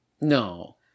No